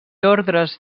ordres